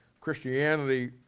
Christianity